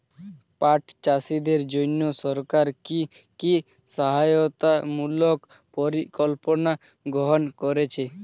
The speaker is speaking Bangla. পাট চাষীদের জন্য সরকার কি কি সহায়তামূলক পরিকল্পনা গ্রহণ করেছে?